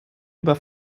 über